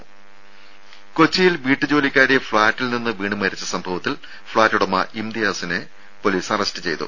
ദ്ദേ കൊച്ചിയിൽ വീട്ടുജോലിക്കാരി ഫ്ളാറ്റിൽ നിന്ന് വീണുമരിച്ച സംഭവത്തിൽ ഫ്ളാറ്റുടമ ഇംതിയാസിനെ പൊലീസ് അറസ്റ്റ് ചെയ്തു